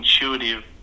intuitive